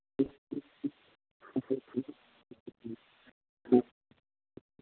ह्म्म